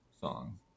song